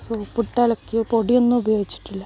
soap ഇട്ട് അലക്കി പൊടിയൊന്നും ഉപയോഗിച്ചിട്ടില്ല